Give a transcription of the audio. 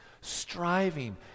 Striving